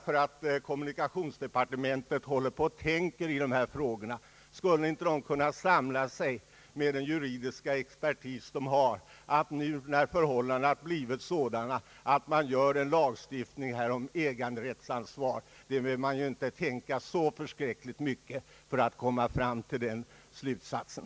Skulle inte kommunikationsdepartementet med sin juridiska expertis kunna samla sig till en lagstiftning om äganderättsansvar för att komma till rätta med förhållandena? Man behöver inte tänka så mycket för att komma fram till den slutsatsen.